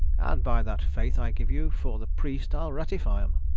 and by that faith i gave you fore the priest i'll ratifie em.